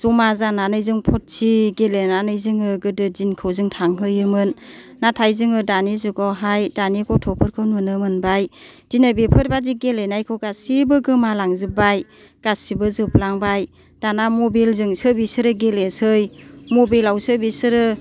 जमा जानानै जों पुर्थि गेलेनानै जोङो गोदो दिनखौ जाें थांहोयोमोन नाथाय जोङो दानि जुगावहाय दानि गथ'फोरखौ नुनो मोनबाय दिनै बेफोरबादि गेलेनायखौ गासिबो गोमा लांजोब्बाय गासिबो जोबलांबाय दाना मबेलजोंसो बिसोराे गेलेसै मबेलावसो बिसोरो